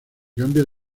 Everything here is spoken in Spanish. cambia